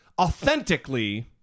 authentically